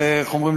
איך אומרים,